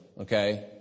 okay